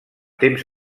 temps